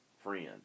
friend